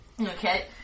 Okay